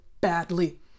badly